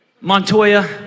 Montoya